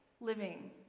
living